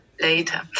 later